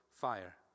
fire